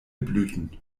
blüten